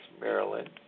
Maryland